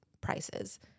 prices